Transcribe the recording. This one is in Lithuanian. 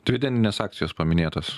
dividendinės akcijos paminėtos